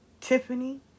Tiffany